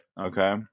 Okay